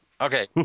okay